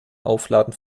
aufladen